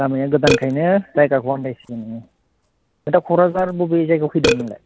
लामाया गोदानखायनो जायगाखौ आन्दायसिगोन नोङो दा क'क्राझार बबे जायगायाव फैदोंमोन नोंलाय